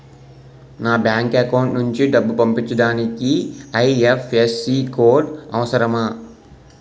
నా bank account నుంచి డబ్బు పంపించడానికి ఐ.ఎఫ్.ఎస్.సి కోడ్ అవసరమా?